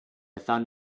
found